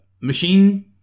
machine